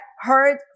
heard